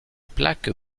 plaques